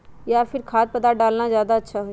या फिर खाद्य पदार्थ डालना ज्यादा अच्छा होई?